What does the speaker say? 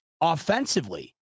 offensively